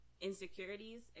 insecurities